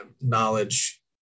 knowledge